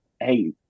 hey